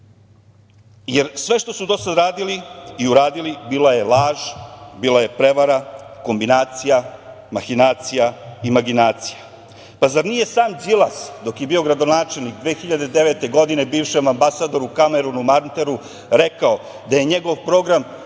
jer sve što su do sada uradili i uradili, bila je laž, bila je prevara, mahinacija, imaginacija. Pa, zar nije sam Đilas, dok je bio gradonačelnik 2009. godine, bivšem ambasadoru Kamerunu Manteru, rekao, da je njegov program